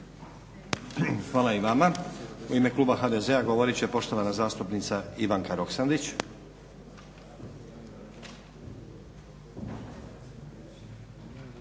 Hvala i vama. U ime kluba HDZ-a govorit će poštovana zastupnica Ivanka Roksandić. **Roksandić,